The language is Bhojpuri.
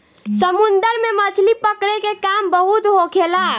समुन्द्र में मछली पकड़े के काम बहुत होखेला